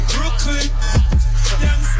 Brooklyn